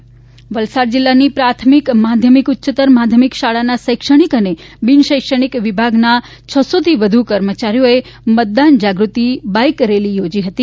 Valsad bike rally Valsad જિલ્લાની પ્રાથમિક માધ્યમિક ઉચ્ચતર માધ્યમિક શાળાના શૈક્ષણિક અને બિન શૈક્ષણિક વિભાગના છસોથી વધુ કર્મચારીઓએ મતદાન જાગૃતિ બાઇક રેલી યોજી હતી